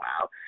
wow